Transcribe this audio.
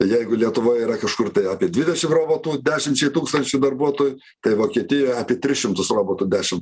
jeigu lietuvoj yra kažkur tai apie dvidešim robotų dešimčiai tūkstančių darbuotojų tai vokietijoj apie tris šimtus robotų dešim